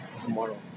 tomorrow